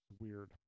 Weird